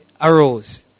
arose